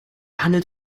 handelt